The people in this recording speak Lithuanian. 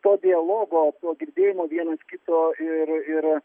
to dialogo to girdėjimo vienas kito ir ir